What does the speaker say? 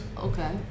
Okay